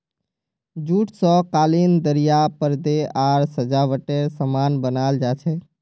jute स कालीन दरियाँ परदे आर सजावटेर सामान बनाल जा छेक